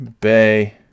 Bay